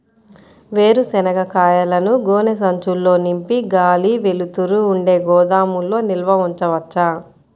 వేరుశనగ కాయలను గోనె సంచుల్లో నింపి గాలి, వెలుతురు ఉండే గోదాముల్లో నిల్వ ఉంచవచ్చా?